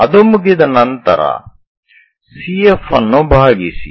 ಅದು ಮುಗಿದ ನಂತರ CF ಅನ್ನು ಭಾಗಿಸಿ